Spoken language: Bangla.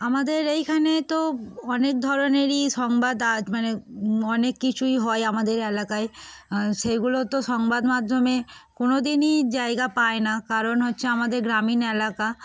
আমাদের এইখানে তো অনেক ধরনেরই সংবাদ মানে অনেক কিছুই হয় আমাদের এলাকায় সেগুলো তো সংবাদ মাধ্যমে কোনো দিনই জায়গা পায় না কারণ হচ্ছে আমাদের গ্রামীণ এলাকা